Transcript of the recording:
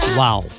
wow